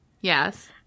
yes